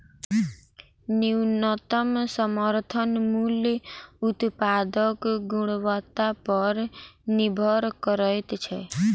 न्यूनतम समर्थन मूल्य उत्पादक गुणवत्ता पर निभर करैत छै